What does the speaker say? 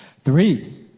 Three